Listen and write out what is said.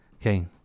Okay